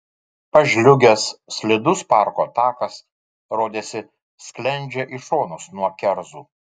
pažliugęs slidus parko takas rodėsi sklendžia į šonus nuo kerzų